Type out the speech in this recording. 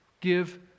give